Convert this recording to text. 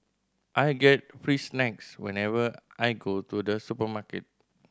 I get free snacks whenever I go to the supermarket